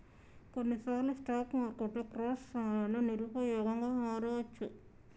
కొన్నిసార్లు స్టాక్ మార్కెట్లు క్రాష్ సమయంలో నిరుపయోగంగా మారవచ్చు